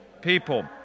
people